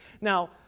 Now